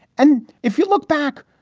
and if you look back,